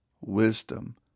wisdom